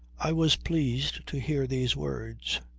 i was pleased to hear these words.